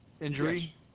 injury